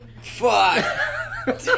Fuck